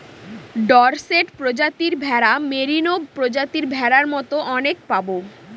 Dorset প্রজাতির ভেড়া, merino প্রজাতির ভেড়ার মতো অনেক পাবো